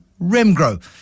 Remgro